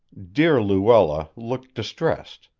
dear luella looked distressed,